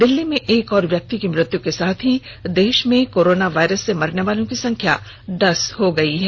दिल्ली में एक और व्यक्ति की मृत्यु के साथ ही देश में कोरोना वॉयरस से मरने वालों की संख्या दस हो गई है